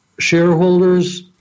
Shareholders